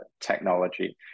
technology